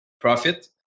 profit